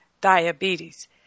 diabetes